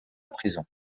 prison